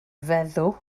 feddw